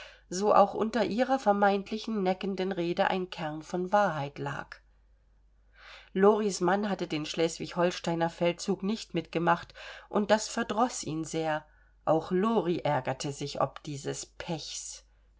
so auch unter ihrer vermeintlich neckenden rede ein kern von wahrheit lag loris mann hatte den schleswig holsteiner feldzug nicht mitgemacht und das verdroß ihn sehr auch lori ärgerte sich ob dieses pechs